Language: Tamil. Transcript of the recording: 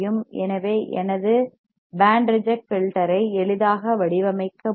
எனவே எனது பேண்ட் ரிஜெக்ட் ஃபில்டர் ஐ எளிதாக வடிவமைக்க முடியும்